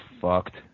fucked